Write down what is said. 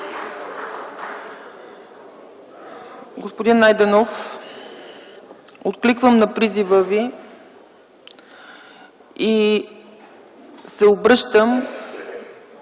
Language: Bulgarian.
Господин Найденов, откликвам на призива Ви и се обръщам